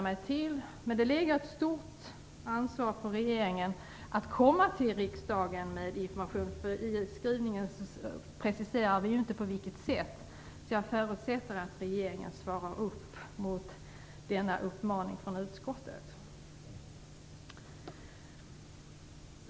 Men det ligger ett stort ansvar på regeringen att komma till riksdagen med information. I skrivningen preciseras inte på vilket sätt det skall ske. Jag förutsätter att regeringen svarar upp mot denna uppmaning från utskottet.